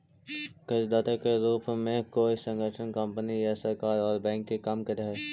कर्जदाता के रूप में कोई संगठन कंपनी या सरकार औउर बैंक के काम करऽ हई